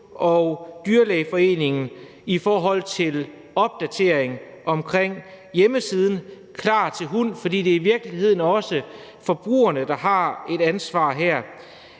og Dyrlægeforeningen i forhold til opdatering omkring hjemmesiden Klar til hund, for det er i virkeligheden også forbrugerne, der har et ansvar her.